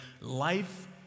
Life